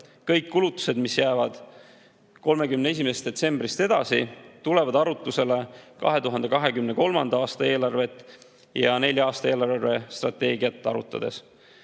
Kõik kulutused, mis jäävad 31. detsembrist edasi, tulevad arutlusele 2023. aasta eelarvet ja nelja aasta eelarvestrateegiat arutades. Niisiis,